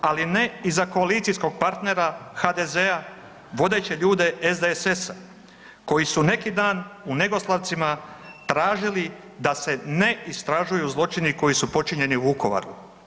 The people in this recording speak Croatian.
Ali ne i za koalicijskog partnera HDZ-a, vodeće ljude SDSS-a koji su neki dan u Negoslavcima tražili da se ne istražuju zločini koji su počinjeni u Vukovaru.